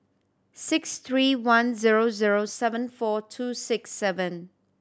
six three one zero zero seven four two six seven